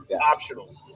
Optional